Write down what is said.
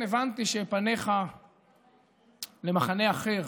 הבנתי שפניך למחנה אחר.